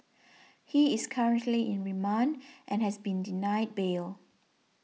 he is currently in remand and has been denied bail